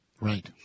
Right